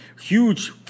huge